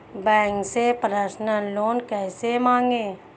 Bank से personal loan कैसे मांगें?